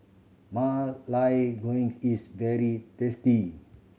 ma lai green is very tasty